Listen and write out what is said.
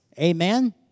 Amen